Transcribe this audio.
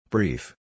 Brief